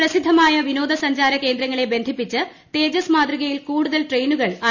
പ്രസിദ്ധമായ വിനോദ സഞ്ചാര കേന്ദ്രങ്ങളെ ബന്ധിപ്പിച്ച് തേജസ് മാതൃകയിൽ കൂടുതൽ ട്രെയിനുകൾ ആരംഭിക്കും